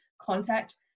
contact